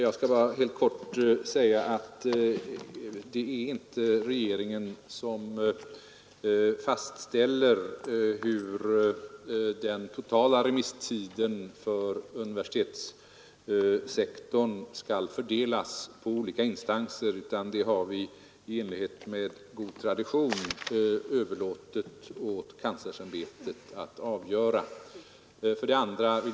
Fru talman! Det är inte regeringen som fastställer hur den totala remisstiden för universitetssektorn skall fördelas på olika instanser. Det har vi i enlighet med god tradition överlåtit åt UKÄ att avgöra.